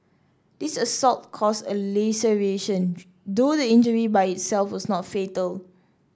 this assault caused a laceration though the injury by itself was not fatal